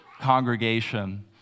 congregation